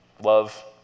Love